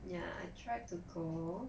yeah I tried to go